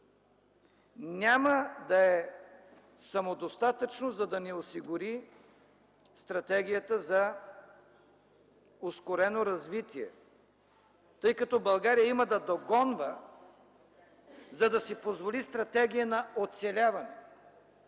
няма да е самодостатъчно, за да ни осигури стратегията за ускорено развитие, тъй като България има да догонва, за да си позволи стратегия на оцеляването.